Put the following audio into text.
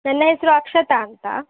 ನನ್ನ ಹೆಸರು ಅಕ್ಷತಾ ಅಂತ